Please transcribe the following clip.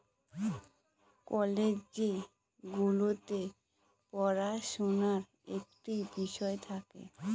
college গুলোতে পড়াশুনার একটা বিষয় থাকে